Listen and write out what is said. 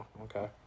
okay